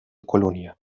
colonia